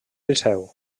liceu